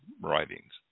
writings